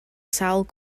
sawl